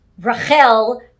Rachel